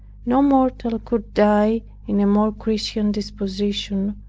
no mortal could die in a more christian disposition,